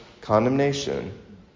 condemnation